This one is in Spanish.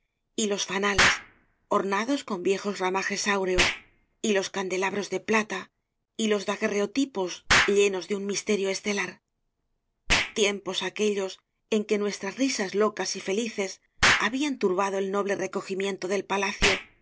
y los fanales ornados con viejos ramajes áureos y los can delabros de plata y los daguerreotipos llenos de un misterio estelar tiempos aquellos en que nuestras risas locas y felices habían tur bado el noble recogimiento del palacio